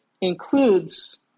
includes